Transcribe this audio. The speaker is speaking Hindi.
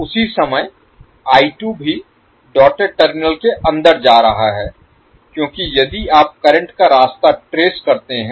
उसी समय I2 भी डॉटेड टर्मिनल के अंदर जा रहा है क्योंकि यदि आप करंट का रास्ता ट्रेस करते हैं